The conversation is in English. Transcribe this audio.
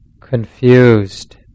confused